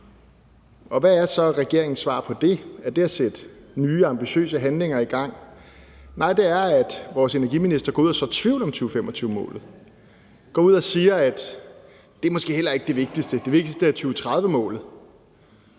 Hvad er så regeringens svar på det? Er det at sætte nye, ambitiøse handlinger i gang? Nej, det er, at vores energiminister går ud og sår tvivl om 2025-målet – går ud og siger, at det måske heller ikke er det vigtigste; det vigtigste er 2030-målet.